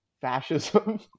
fascism